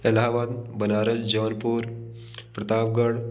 Allahabad Banaras Jaunpur Pratapgarh